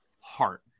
heart